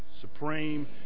Supreme